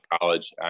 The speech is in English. college